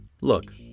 Look